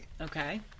Okay